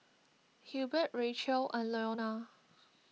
Hilbert Rachael and Leona